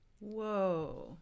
Whoa